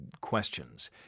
questions